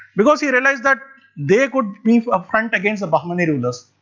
because he realised that they could be a front against bahmani rulers.